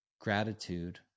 Gratitude